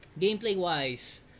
Gameplay-wise